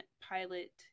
Pilot